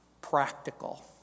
Practical